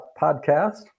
Podcast